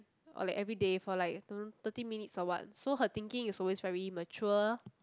or like everyday for like thirty minutes or what so her thinking is always very mature